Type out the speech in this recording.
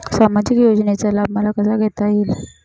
सामाजिक योजनेचा लाभ मला कसा घेता येईल?